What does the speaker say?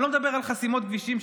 אני לא מדבר על חסימות כבישים,